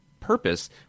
purpose